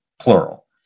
plural